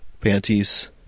Panties